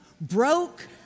broke